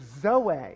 zoe